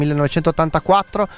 1984